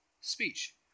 speech